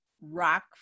rock